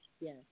yes